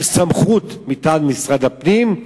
עם סמכות מטעם משרד הפנים,